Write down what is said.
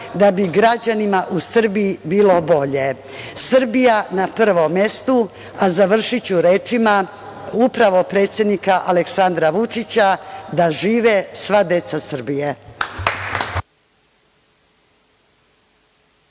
da bi građanima u Srbiji bilo bolje. Srbija na prvom mestu, a završiću rečima upravo predsednika Aleksandra Vučića: „Da žive sva deca Srbije“.